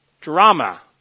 drama